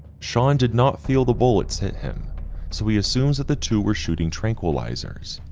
sean did not feel the bullets hit him so he assumes that the two were shooting tranquilizers,